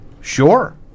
Sure